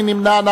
מי נמנע?